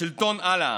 השלטון על העם,